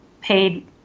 paid